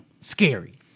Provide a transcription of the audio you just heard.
Scary